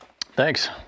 Thanks